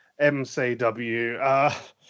MCW